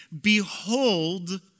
Behold